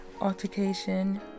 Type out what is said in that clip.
altercation